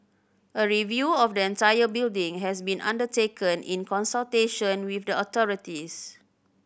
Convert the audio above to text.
a review of the entire building has been undertaken in consultation with the authorities